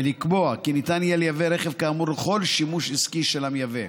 ולקבוע כי ניתן יהיה לייבא רכב כאמור לכל שימוש עסקי של המייבא.